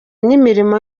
n’imirimo